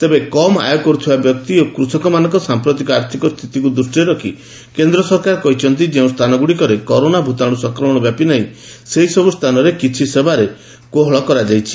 ତେବେ କମ୍ ଆୟ କରୁଥିବା ବ୍ୟକ୍ତି ଓ କୃଷକମାନଙ୍କ ସାଂପ୍ରତିକ ଆର୍ଥିକ ସ୍ଥିତିକୁ ଦୃଷ୍ଟିରେ ରଖି କେନ୍ଦ୍ର ସରକାର କହିଛନ୍ତି ଯେଉଁ ସ୍ଥାନଗୁଡ଼ିକରେ କରୋନା ଭୂତାଣୁ ସଂକ୍ରମଣ ବ୍ୟାପିନାହିଁ ସେହିସବ୍ ସ୍ଥାନରେ କିିିି ସେବାରେ କୋହଳ କରାଯାଇଛି